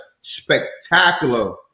spectacular